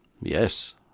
Yes